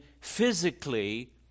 physically